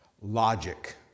logic